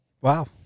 Wow